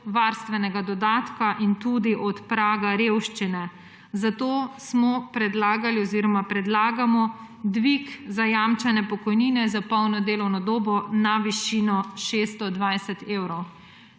varstvenega dodatka in tudi od praga revščine. Zato predlagamo dvig zajamčene pokojnine za polno delovno dobo na višino 620 evrov.